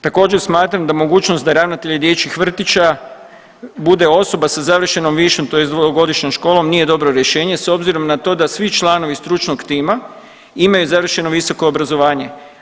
Također smatram da mogućnost da ravnatelji dječjih vrtića bude osoba sa završenom višom tj. dvogodišnjom školom nije dobro rješenje s obzirom na to da svi članovi stručnog tima imaju završeno visoko obrazovanje.